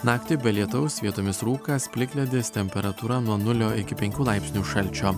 naktį be lietaus vietomis rūkas plikledis temperatūra nuo nulio iki penkių laipsnių šalčio